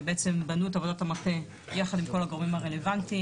שבנו את עבודת המטה יחד עם כל הגורמים הרלוונטיים,